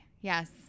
yes